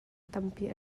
tampi